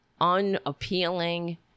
unappealing